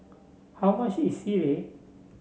how much is Sireh